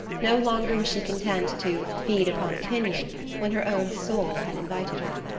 no longer was she content to feed upon opinion when her own soul had invited her.